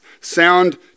sound